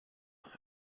and